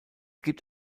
gibt